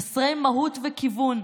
חסרי מהות וכיוון,